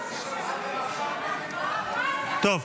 טוב.